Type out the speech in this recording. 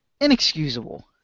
inexcusable